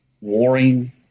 warring